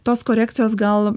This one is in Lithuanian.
tos korekcijos gal